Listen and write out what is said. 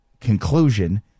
conclusion